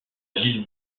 ville